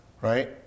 right